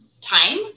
time